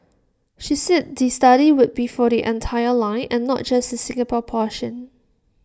she said the study would be for the entire line and not just the Singapore portion